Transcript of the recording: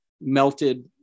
melted